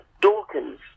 Dawkins